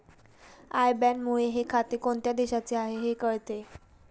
I बॅनमुळे हे खाते कोणत्या देशाचे आहे हे कळते